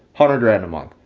hundred grand a month,